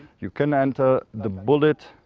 you can enter the bullet.